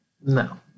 No